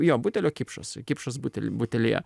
jo butelio kipšas kipšas butel butelyje